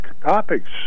topics